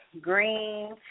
green